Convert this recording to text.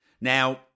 Now